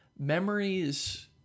Memories